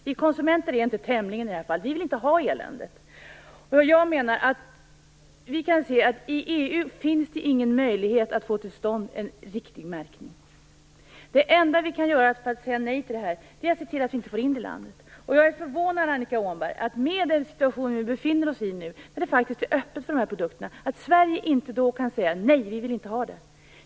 Vi konsumenter är inte "tämligen" restriktiva i det här fallet; vi vill inte ha eländet. I EU finns det inte någon möjlighet att få till stånd en riktig märkning. Det enda vi kan göra för att säga nej till de här produkterna är att se till att inte få in dem i landet. Jag är förvånad att det, i den här situationen, är öppet för de här produkterna, att vi i Sverige inte kan säga att vi inte vill ha dem.